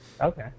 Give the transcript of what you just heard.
Okay